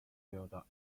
theodore